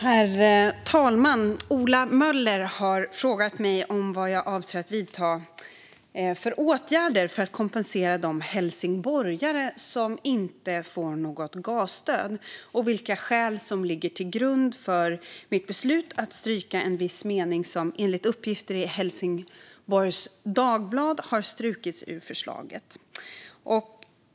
Herr talman! Ola Möller har frågat mig om jag avser att vidta några åtgärder för att kompensera de helsingborgare som inte får något gasstöd och vilka skäl som ligger till grund för mitt beslut att stryka en viss mening som enligt uppgifter i Helsingborgs Dagblad har strukits ur förslaget.